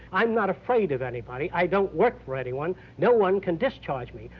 i'm not afraid of anybody, i don't work for anyone no one can discharge me.